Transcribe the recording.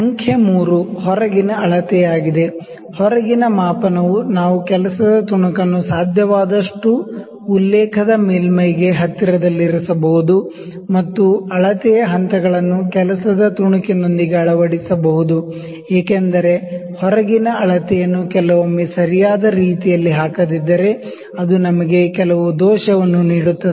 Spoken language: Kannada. ಸಂಖ್ಯೆ 3 ಹೊರಗಿನ ಅಳತೆಯಾಗಿದೆ ಹೊರಗಿನ ಮಾಪನವು ನಾವು ವರ್ಕ್ ಪೀಸ್ ನ್ನು ಸಾಧ್ಯವಾದಷ್ಟು ಉಲ್ಲೇಖದ ಮೇಲ್ಮೈಗೆ ಹತ್ತಿರದಲ್ಲಿರಿಸಬಹುದು ಮತ್ತು ಅಳತೆಯ ಹಂತಗಳನ್ನು ವರ್ಕ್ ಪೀಸ್ ನೊಂದಿಗೆ ಅಳವಡಿಸಬಹುದು ಏಕೆಂದರೆ ಹೊರಗಿನ ಅಳತೆಯನ್ನು ಕೆಲವೊಮ್ಮೆ ಸರಿಯಾದ ರೀತಿಯಲ್ಲಿ ಹಾಕದಿದ್ದರೆ ಅದು ನಮಗೆ ಕೆಲವು ದೋಷವನ್ನು ನೀಡುತ್ತದೆ